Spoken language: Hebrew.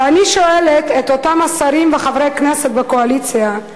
ואני שואלת את אותם השרים וחברי הכנסת בקואליציה,